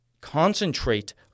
Concentrate